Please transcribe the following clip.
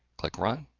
click run,